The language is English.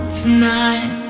tonight